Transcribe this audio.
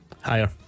higher